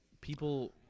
people